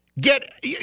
get